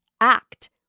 act